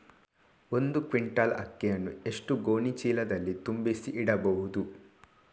ಒಂದು ಕ್ವಿಂಟಾಲ್ ಅಕ್ಕಿಯನ್ನು ಎಷ್ಟು ಗೋಣಿಚೀಲದಲ್ಲಿ ತುಂಬಿಸಿ ಇಡಬಹುದು?